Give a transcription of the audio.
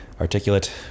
articulate